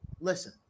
Listen